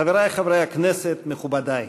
חברי חברי הכנסת, מכובדי,